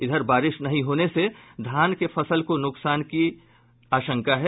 इधर बारिश नहीं होने से धान के फसल को नुकसान होने की आशंका है